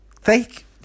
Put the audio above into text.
Thank